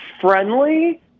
friendly